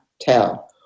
tell